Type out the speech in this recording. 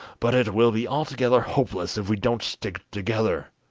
but it will be altogether hopeless if we don't stick together.